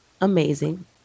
amazing